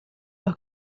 los